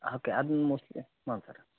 okay ಅದ್ನ mostly ಹಾಂ sir